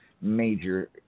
major